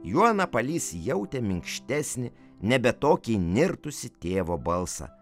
juo napalys jautė minkštesnį nebe tokį įnirtusi tėvo balsą